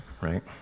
right